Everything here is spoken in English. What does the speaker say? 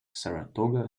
saratoga